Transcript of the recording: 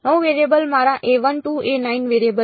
9 variable મારા to variable છે